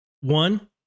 one